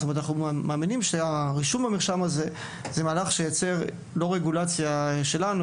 אנחנו מאמינים שהרישום במרשם הזה הוא מהלך שייצר רגולציה טבעית,